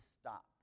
stop